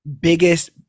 biggest